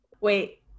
Wait